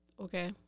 Okay